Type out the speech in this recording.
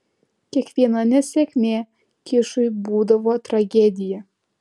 kiekviena nesėkmė kišui būdavo tragedija